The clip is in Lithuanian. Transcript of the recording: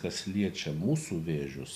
kas liečia mūsų vėžius